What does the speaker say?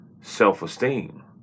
Self-esteem